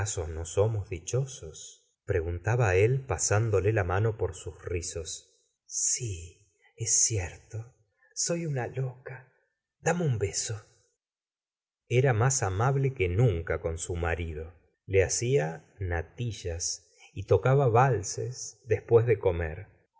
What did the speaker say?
somos dichosos preguntaba él pasándole la mano por sus rizos la señora de bovart lhi sí es cierto soy una loca dame un beso era más amable que nunca con su marido le ha cia natillas y tocaba valses después de comer